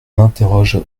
m’interroge